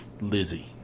Lizzie